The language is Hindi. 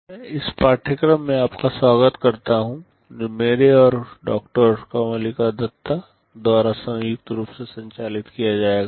मैं इस पाठ्यक्रम में आपका स्वागत करता हूं जो मेरे और डॉक्टर कमलिका दत्ता द्वारा संयुक्त रूप से संचालित किया जाएगा